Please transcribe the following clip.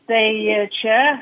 tai čia